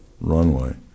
runway